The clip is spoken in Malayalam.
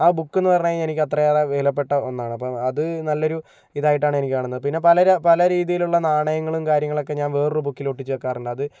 ആ ബുക്കെന്ന് പറഞ്ഞു കഴിഞ്ഞാൽ എനിക്കത്ര ഏറെ വിലപ്പെട്ട ഒന്നാണ് അപ്പോൾ അത് നല്ലൊരു ഇതായിട്ടാണ് എനിക്ക് കാണുന്നത് പിന്നെ പലര പല രീതിയിലുള്ള നാണയങ്ങളും കാര്യങ്ങളും ഒക്കെ ഞാന് വേറൊരു ബുക്കിലൊട്ടിച്ചു വെക്കാറുണ്ട് അത്